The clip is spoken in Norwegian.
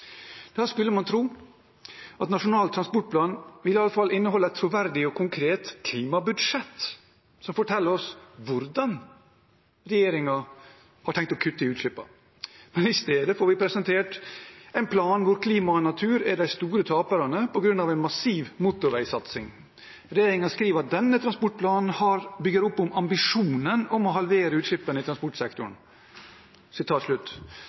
Da skulle man tro at Nasjonal transportplan iallfall ville inneholde et troverdig og konkret klimabudsjett som forteller oss hvordan regjeringen har tenkt å kutte i utslippene. I stedet får vi presentert en plan hvor klima og natur er de store taperne på grunn av en massiv motorveisatsing. Regjeringen skriver at denne transportplanen «bygger opp om ambisjonen om å halvere utslippene i transportsektoren».